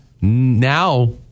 now